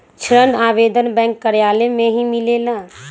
ऋण आवेदन बैंक कार्यालय मे ही मिलेला?